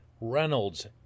Reynolds